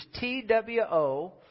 T-W-O